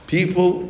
People